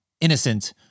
innocent